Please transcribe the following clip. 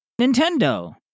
Nintendo